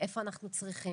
איפה אנחנו צריכים?